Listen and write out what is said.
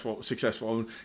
successful